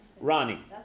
Ronnie